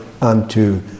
unto